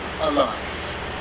alive